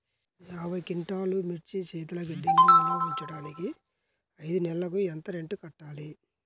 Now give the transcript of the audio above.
యాభై క్వింటాల్లు మిర్చి శీతల గిడ్డంగిలో నిల్వ ఉంచటానికి ఐదు నెలలకి ఎంత రెంట్ కట్టాలి?